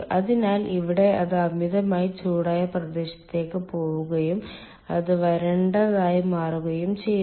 അതിനാൽ ഇവിടെ അത് അമിതമായി ചൂടായ പ്രദേശത്തേക്ക് പോകുകയും അത് വരണ്ടതായി മാറുകയും ചെയ്യുന്നു